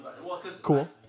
Cool